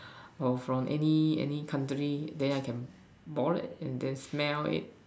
or from any any country then I can ball it and then smell it